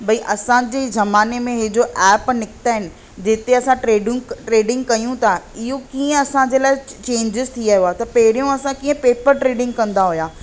ॿई असांजे जमाने में ही जो एप निकिता आहिनि जिते असां ट्रेडुंग ट्रेडिंग कयूं था इहो कीअं असांजे लाइ चैंजिस थी वियो आहे त पहिरियों असां कीअं पेपर ट्रेडिंग कंदा हुआ